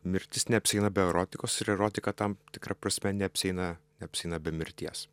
mirtis neapsieina be erotikos ir erotika tam tikra prasme neapsieina neapsieina be mirties